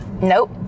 nope